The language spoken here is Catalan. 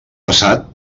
passat